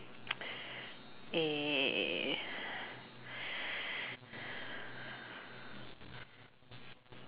uh